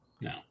No